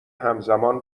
همزمان